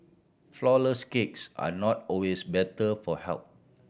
flourless cakes are not always better for health